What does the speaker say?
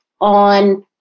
on